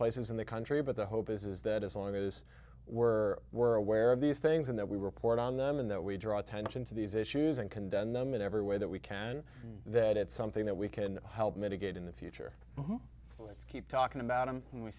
places in the country but the hope is is that as long as we're we're aware of these things and that we report on them and that we draw attention to these issues and condemn them in every way that we can that it's something that we can help mitigate in the future let's keep talking about